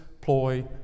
ploy